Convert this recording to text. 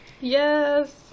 Yes